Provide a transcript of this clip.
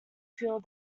feel